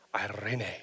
Irene